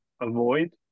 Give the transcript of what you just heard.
avoid